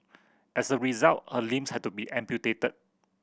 as a result her limbs had to be amputated